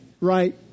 right